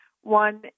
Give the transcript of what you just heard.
One